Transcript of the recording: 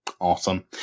Awesome